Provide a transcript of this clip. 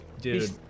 Dude